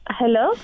hello